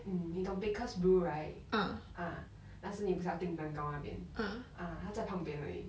嗯你懂 baker's brew right ah 那时你不是要订蛋糕那边 ah 他在旁边而已